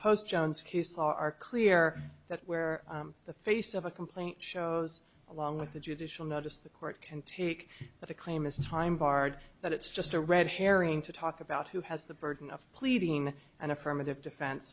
post jones q so are clear that where the face of a complaint shows along with the judicial notice the court can take but a claim is time barred that it's just a red herring to talk about who has the burden of pleading an affirmative defen